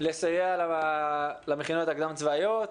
לסייע למכינות הקדם צבאיות.